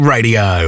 Radio